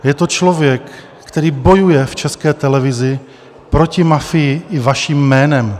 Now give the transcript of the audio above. Je to člověk, který bojuje v České televizi proti mafii i vaším jménem.